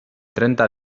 trenta